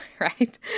right